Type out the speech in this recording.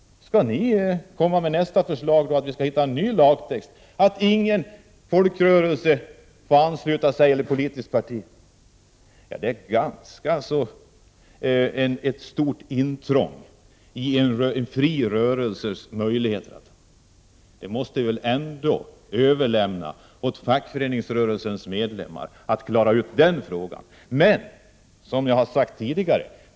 Skall ni komma med nästa förslag, med en ny lagtext om att ingen folkrörelse får ansluta sig till ett politiskt parti? Det skulle vara ett ganska stort intrång i en fri rörelses möjligheter, och den frågan måste vi väl ändå överlåta åt fackföreningsrörelsens medlemmar att klara ut.